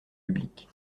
public